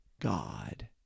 God